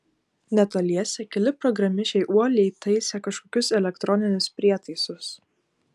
netoliese keli programišiai uoliai taisė kažkokius elektroninius prietaisus